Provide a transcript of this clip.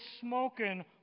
smoking